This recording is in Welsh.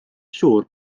siŵr